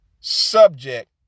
subject